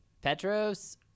Petros